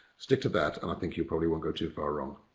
stick to that and i think you probably won't go too far wrong.